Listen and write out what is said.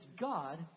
God